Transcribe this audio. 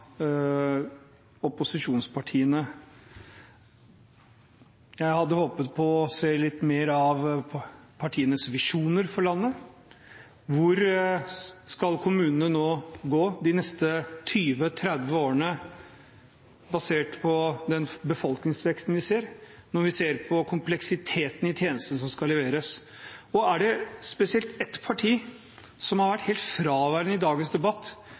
opposisjonspartiene. Jeg hadde håpet på å se litt mer av partienes visjoner for landet, for hvor kommunene skal gå de neste 20–30 årene basert på den befolkningsveksten vi ser, når vi ser på kompleksiteten i tjenestene som skal leveres. Er det spesielt ett parti som har vært helt fraværende i dagens debatt